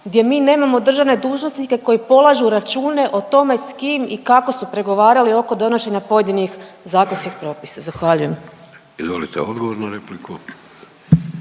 gdje mi nemamo državne dužnosnike koji polažu račune o tome s kim i kako su pregovarali oko donošenja pojedinih zakonskih propisa. Zahvaljujem. **Vidović, Davorko